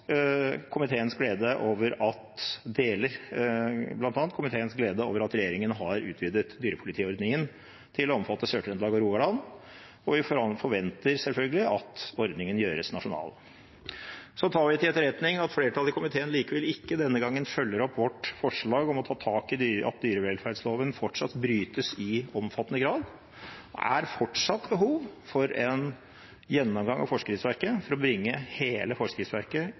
komiteens glede over at regjeringen har utvidet dyrepolitiordningen til å omfatte Sør-Trøndelag og Rogaland, og vi forventer selvfølgelig at ordningen gjøres nasjonal. Vi tar til etterretning at flertallet i komiteen denne gangen likevel ikke følger opp vårt forslag om å ta tak i at dyrevelferdsloven fortsatt brytes i omfattende grad. Det er fortsatt behov for en gjennomgang av forskriftsverket for å bringe hele forskriftsverket